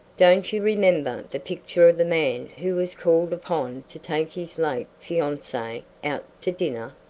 don't you remember the picture of the man who was called upon to take his late fiancee out to dinner?